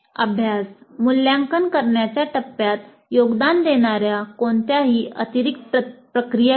अभ्यास मूल्यांकन करण्याच्या टप्प्यात योगदान देणार्या कोणत्याही अतिरिक्त प्रक्रिया लिहा